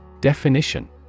Definition